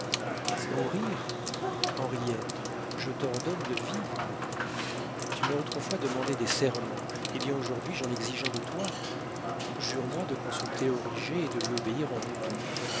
mourir henriette je t'ordonne de vivre tu m'as autrefois demandé des serments eh bien aujourd'hui j'en exige un de toi jure-moi de consulter origet et de lui obéir en tout